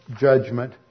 judgment